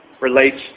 relates